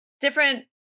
different